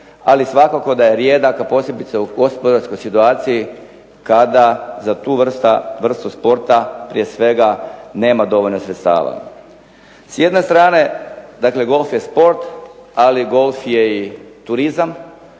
Ali svakako da je rijedak, a posebice u gospodarskoj situaciji kada za tu vrstu sporta prije svega nema dovoljno sredstava. S jedne strane, dakle golf je sport, ali golf je i turizam.